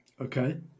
Okay